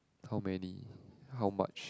how many how much